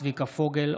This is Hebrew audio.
צביקה פוגל,